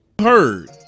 heard